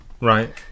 Right